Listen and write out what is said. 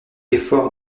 l’effort